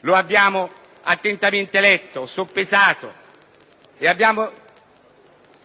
lo ha letto attentamente, soppesato ed ha